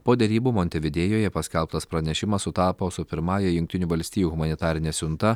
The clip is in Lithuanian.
po derybų montevidėjuje paskelbtas pranešimas sutapo su pirmąja jungtinių valstijų humanitarine siunta